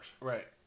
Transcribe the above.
Right